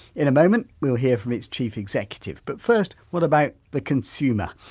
in a moment, we'll hear from its chief executive. but first, what about the consumer?